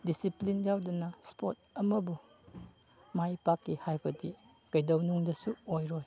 discipline ꯌꯥꯎꯗꯅ sport ꯑꯃꯕꯨ ꯃꯥꯏ ꯄꯥꯛꯀꯦ ꯍꯥꯏꯕꯗꯤ ꯀꯩꯗꯧꯅꯨꯡꯗꯁꯨ ꯑꯣꯏꯔꯣꯏ